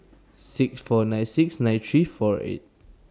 six four nine six nine three four eight